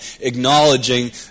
acknowledging